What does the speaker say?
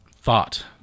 thought